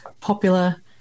popular